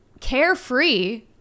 carefree